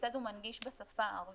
וכיצד הוא מנגיש בשפה הערבית.